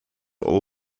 all